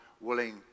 willing